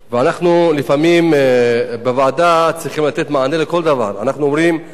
אנחנו בוועדה לפעמים צריכים לתת מענה לכל דבר.